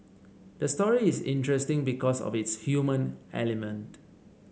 the story is interesting because of its human element